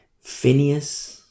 Phineas